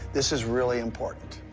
this is really important.